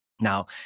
Now